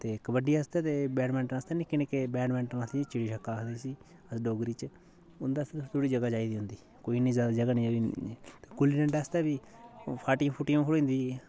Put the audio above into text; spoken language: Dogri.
ते कबड्डी आस्तै ते बैडमिंटन आस्तै निक्के निक्के बैडमिंटन आस्तै चिड़ी छिक्का आखदे जिसी अस डोगरी च उंदे आस्तै थोह्ड़ी जगह् चाहि्दी दी होंदी कोई इन्नी ज्यादा जगह् नेईं गुल्ली डंडा आस्तै बी फाटियै फुटियै पर बी खढोई जंदी